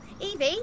Evie